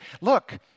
look